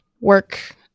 work